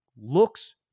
looks